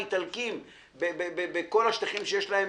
אם האיטלקים בכל השטחים שיש להם